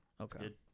Okay